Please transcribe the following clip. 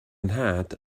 nhad